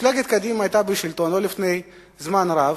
מפלגת קדימה היתה בשלטון לא לפני זמן רב,